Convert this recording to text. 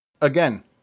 Again